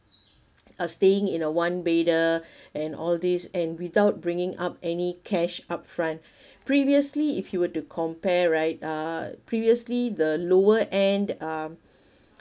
uh staying in a one bedder and all this and without bringing up any cash upfront previously if you were to compare right uh previously the lower end um